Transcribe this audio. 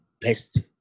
best